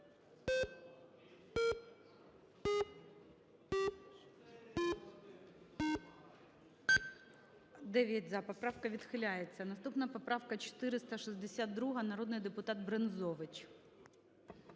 17:07:01 За-9 Поправка відхиляється. Наступна поправка 462, народний депутат Брензович.